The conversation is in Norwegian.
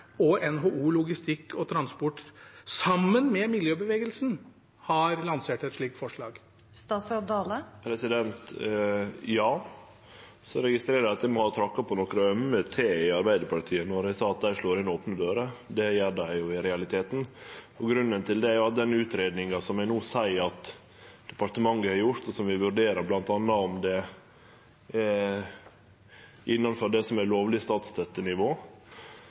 og NHO Logistikk og Transport, sammen med miljøbevegelsen, har lansert et slikt forslag? Ja. Så registrerer eg at eg må ha tråkka på nokre ømme tær i Arbeidarpartiet når eg sa at dei slår inn opne dører. Det gjer dei jo i realiteten. Grunnen til det er at den utgreiinga som eg no seier at departementet har gjort, og som vil vurdere bl.a. om det er innanfor det som er lovleg statsstøttenivå,